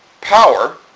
power